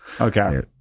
okay